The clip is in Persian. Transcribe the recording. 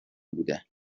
بوده